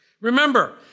Remember